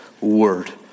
word